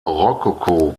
rokoko